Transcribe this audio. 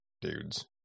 dudes